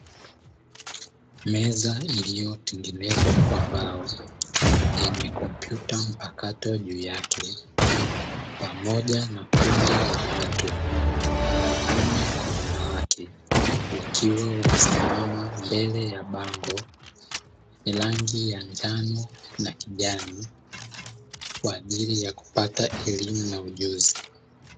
Meza iliyotengenezwa kwa mbao yenye kompyuta mpakato juu yake, pamoja na kundi la watu wanaume kwa wanawake, wakiwa wamesimama mbele ya bango lenye rangi ya njano na kijani kwa ajili ya kupata elimu na ujuzi.